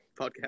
Podcast